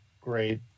great